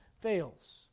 fails